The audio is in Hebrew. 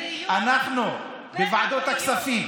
יש, לבלבל בין בריאות, אנחנו בוועדת הכספים,